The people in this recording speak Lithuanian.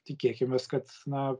tikėkimės kad na